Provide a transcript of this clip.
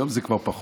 היום זה כבר פחות,